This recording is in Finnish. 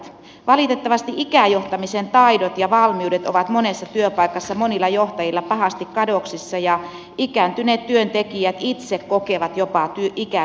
valitettavasti ikäjohtamisen taidot ja valmiudet ovat monessa työpaikassa monilla johtajilla pahasti kadoksissa ja ikääntyneet työntekijät itse kokevat jopa ikäsyrjintää